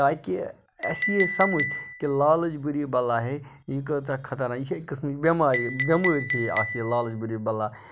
تاکہِ اَسہِ یی سَمٕجھ کہِ لالٕچ بُری بَلا ہے یہِ کۭژاہ خطرناک یہِ چھِ قسمٕچ بٮ۪مار بٮ۪مٲرۍ چھے یہِ اَکھ یہِ لالٕچ بُری بَلا